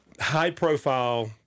high-profile